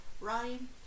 Ryan